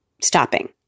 stopping